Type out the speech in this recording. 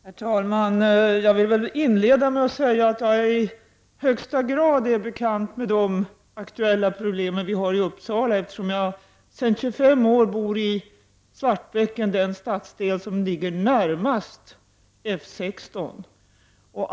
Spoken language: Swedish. Herr talman! Jag vill inleda med att säga att jag i högsta grad är bekant med de aktuella miljöproblem som vi har i Uppsala, eftersom jag sedan 25 år bor i Svartbäcken, den stadsdel som ligger närmast F 16.